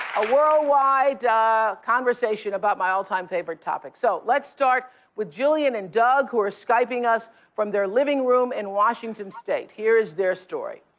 a worldwide conversation about my all-time favorite topic. so, let's start with jillian and doug who are skyping us from their living room in washington state. here is their story.